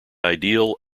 ideal